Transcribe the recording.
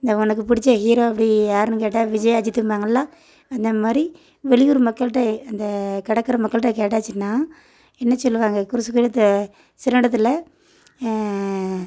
இந்த உனக்கு பிடிச்ச ஹீரோ அப்படி யாருனுன்னு கேட்டால் விஜய் அஜித்தும்பாங்கள்லே அந்த மாதிரி வெளி ஊர் மக்கள்கிட்ட அந்த கிடக்குற மக்கள்கிட்ட கேட்டாச்சுனால் என்ன சொல்லுவாங்க சிறுவண்டத்தில்